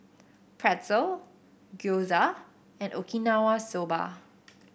Pretzel Gyoza and Okinawa Soba